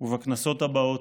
ובכנסות הבאות.